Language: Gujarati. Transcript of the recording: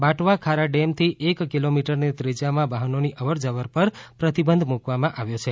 બાટવા ખારા ડેમથી એક કિલોમીટરની ત્રિશ્ર્યામાં વાહનોની અવરજવર પર પ્રતિબંધ મૂકવામાં આવ્યો છે